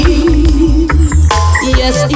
Yes